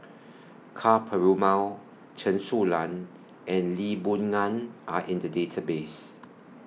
Ka Perumal Chen Su Lan and Lee Boon Ngan Are in The Database